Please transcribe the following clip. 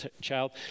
Child